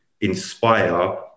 inspire